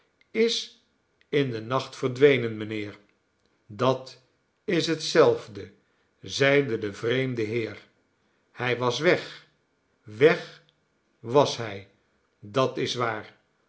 is in den nacht verdwenen mijnheer dat is hetzelfde zeide de vreemde heer hij was weg weg was hij dat is waar